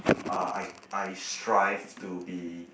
uh I I strive to be